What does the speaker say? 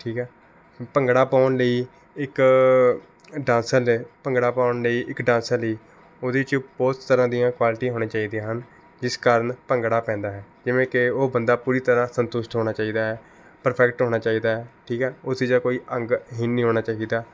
ਠੀਕ ਆ ਭੰਗੜਾ ਪਾਉਣ ਲਈ ਇੱਕ ਡਾਂਸਰ ਨੇ ਭੰਗੜਾ ਪਾਉਣ ਲਈ ਇੱਕ ਡਾਂਸਰ ਲਈ ਉਹਦੇ 'ਚ ਬਹੁਤ ਤਰ੍ਹਾਂ ਦੀਆਂ ਕੁਆਲਟੀਆਂ ਹੋਣੀਆਂ ਚਾਹੀਦੀਆਂ ਹਨ ਜਿਸ ਕਾਰਨ ਭੰਗੜਾ ਪੈਂਦਾ ਹੈ ਜਿਵੇਂ ਕਿ ਉਹ ਬੰਦਾ ਪੂਰੀ ਤਰ੍ਹਾਂ ਸੰਤੁਸ਼ਟ ਹੋਣਾ ਚਾਹੀਦਾ ਹੈ ਪਰਫੈਕਟ ਹੋਣਾ ਚਾਹੀਦਾ ਹੈ ਠੀਕ ਹੈ ਉਸਦਾ ਕੋਈ ਅੰਗ ਹੀਣ ਨਹੀਂ ਹੋਣਾ ਚਾਹੀਦਾ